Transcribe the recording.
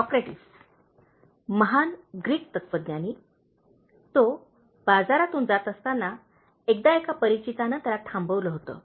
Socrates महान Greek तत्वज्ञानी तो बाजारातून जात असताना एकदा एक परिचिताने त्याला थांबविले होते